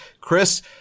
Chris